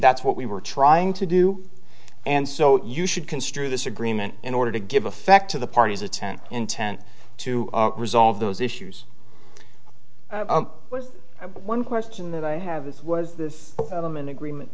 that's what we were trying to do and so you should construe this agreement in order to give effect to the parties attent intent to resolve those issues but one question that i have this was i'm in agreement